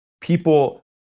People